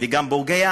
וגם פוגע